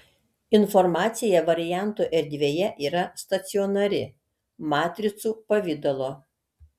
informacija variantų erdvėje yra stacionari matricų pavidalo